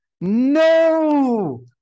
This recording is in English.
No